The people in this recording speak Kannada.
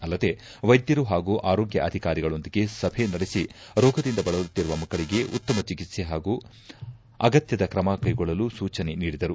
ಅಲ್ಲದೆ ವೈದ್ಯರು ಹಾಗೂ ಆರೋಗ್ಯ ಅಧಿಕಾರಿಗಳೊಂದಿಗೆ ಸಭೆ ನಡೆಸಿ ರೋಗದಿಂದ ಬಳಲುತ್ತಿರುವ ಮಕ್ಕಳಿಗೆ ಉತ್ತಮ ಚಿಕಿತ್ಸೆ ಹಾಗೂ ಅಗತ್ನದ ಕ್ರಮ ಕ್ಲೆಗೊಳ್ಳಲು ಸೂಚನೆ ನೀಡಿದರು